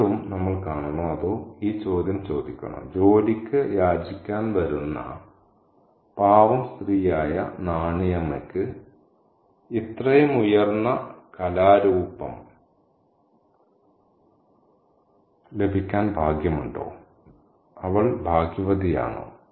വീണ്ടും നമ്മൾ കാണണോ അതോ ഈ ചോദ്യം ചോദിക്കണോ ജോലിക്ക് യാചിക്കാൻ വരുന്ന പാവം സ്ത്രീയായ നാണി അമ്മയ്ക്ക് ഇത്രയും ഉയർന്ന കലാരൂപം ലഭിക്കാൻ ഭാഗ്യമുണ്ടോ അവൾ ഭാഗ്യവതിയാണോ